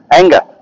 anger